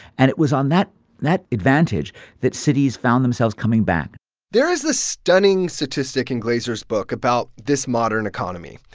and it was on that that advantage that cities found themselves coming back there is a stunning statistic in glaeser's book about this modern economy.